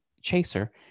chaser